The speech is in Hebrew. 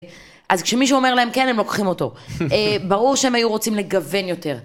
אז כשמישהו אומר להם כן הם לוקחים אותו, ברור שהם היו רוצים לגוון יותר.